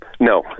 No